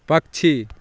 पक्षी